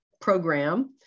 program